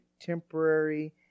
temporary